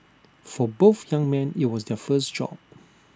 for both young men IT was their first job